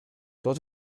dort